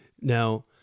now